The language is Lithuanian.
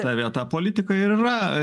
ta vieta politika ir yra